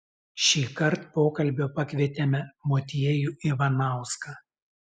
šįkart pokalbio pakvietėme motiejų ivanauską